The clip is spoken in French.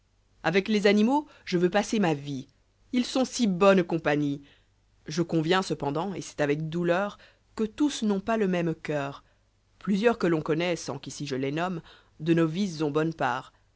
avec les animaux je veux passer ma vie j ils sont si bonne compagnie je conviens cependant et c'est avec douleur que tous n'ont pas le même coeur plusieurs que l'on connoît sans qu'ici je les nomme de nos vices ont benne part